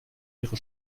wäre